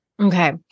Okay